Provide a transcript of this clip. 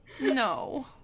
No